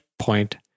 point